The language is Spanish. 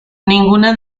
ninguna